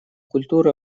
культуры